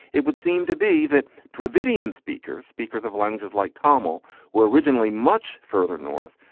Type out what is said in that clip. it would seem to be that dravidian speakers, speakers of languages like tommo were originally much further north,